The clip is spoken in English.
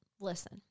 listen